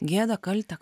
gėdą kaltę